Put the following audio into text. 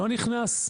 לא נכנס.